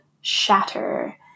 Shatter